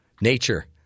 Nature